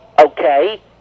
Okay